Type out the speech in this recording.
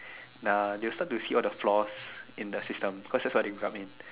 nah they will start to see all the flaws in the system cause that's what they come in